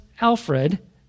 Alfred